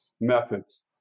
methods